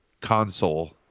console